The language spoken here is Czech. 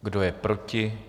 Kdo je proti?